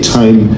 time